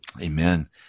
Amen